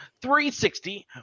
360